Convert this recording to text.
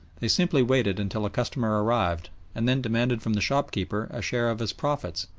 they simply waited until a customer arrived and then demanded from the shopkeeper a share of his profits,